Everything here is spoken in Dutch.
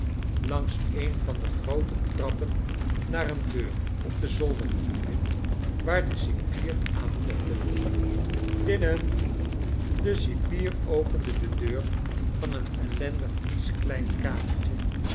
langs een van de groote trappen naar een deur op de zolderverdieping waar de cipier aanklopte binnen de cipier opende de deur van een ellendig vies klein kamertje